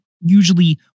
usually